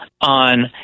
on